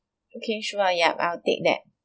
okay sure yup I'll take that